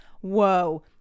Whoa